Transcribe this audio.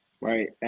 right